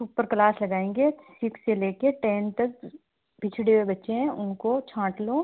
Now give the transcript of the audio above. super class लगाएँगे six से लेकर टेन तक पिछड़े हुए बच्चे हैं उनको छाँट लो